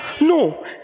No